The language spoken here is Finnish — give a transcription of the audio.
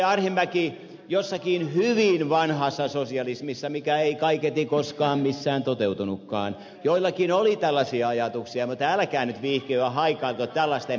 arhinmäki jossakin hyvin vanhassa sosialismissa mikä ei kaiketi koskaan missään toteutunutkaan joillakin oli tällaisia ajatuksia mutta älkää nyt viitsikö haikailla tällaisten perään